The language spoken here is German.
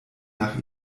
nach